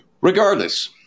Regardless